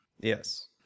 Yes